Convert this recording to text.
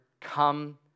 come